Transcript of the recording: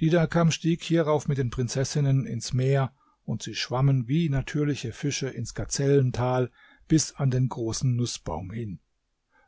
didakam stieg hierauf mit den prinzessinnen ins meer und sie schwammen wie natürliche fische ins gazellental bis an den großen nußbaum hin